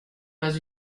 pas